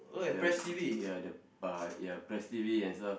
the ya the uh ya and stuff